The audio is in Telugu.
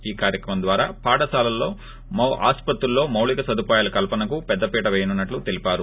ఈ కార్యక్రమం ద్వారా పాఠశాలలు ఆస్సత్రుల్లో మౌలిక సదుపాయాలు కల్సనకు పెద్ద పీట్ పేయనున్నట్లు తెలిపారు